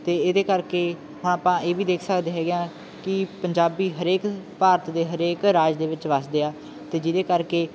ਅਤੇ ਇਹਦੇ ਕਰਕੇ ਹੁਣ ਆਪਾਂ ਇਹ ਵੀ ਦੇਖ ਸਕਦੇ ਹੈਗੇ ਹਾਂ ਕਿ ਪੰਜਾਬੀ ਹਰੇਕ ਭਾਰਤ ਦੇ ਹਰੇਕ ਰਾਜ ਦੇ ਵਿੱਚ ਵੱਸਦੇ ਆ ਅਤੇ ਜਿਹਦੇ ਕਰਕੇ